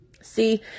See